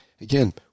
again